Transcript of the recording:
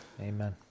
Amen